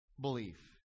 belief